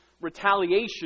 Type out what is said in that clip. retaliation